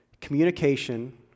communication